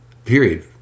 Period